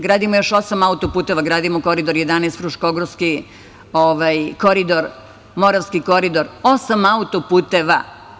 Gradimo još 8 autoputeva, gradimo Koridor 11, Fruškogorski koridor, Moravski koridor, osam autoputeva.